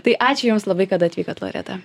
tai ačiū jums labai kad atvykot loreta